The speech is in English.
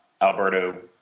Alberto